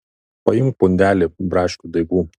paimk pundelį braškių daigų